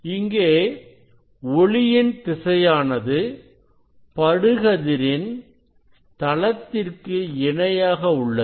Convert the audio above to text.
இங்கே ஒளியின் திசையானது படுகதிர் இன் தளத்திற்கு இணையாக உள்ளது